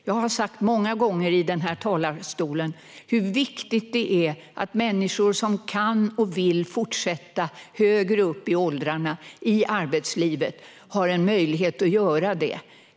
Jag har många gånger i den här talarstolen talat om hur viktigt det är att människor som kan och vill fortsätta i arbetslivet högre upp i åldrarna har en möjlighet att göra det.